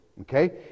okay